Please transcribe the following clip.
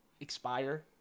expire